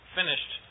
finished